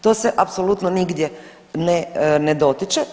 To se apsolutno nigdje ne dotiče.